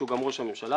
שהוא גם ראש הממשלה,